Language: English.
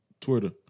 Twitter